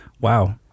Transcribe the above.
wow